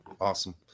Awesome